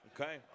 Okay